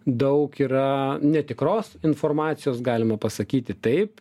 daug yra netikros informacijos galima pasakyti taip